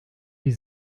die